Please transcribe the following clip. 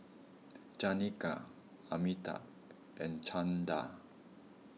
Janaki Amitabh and Chanda